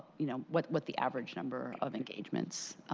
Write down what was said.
you know, what what the average number of engagements